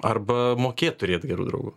arba mokėt turėt gerų draugų